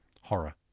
Horror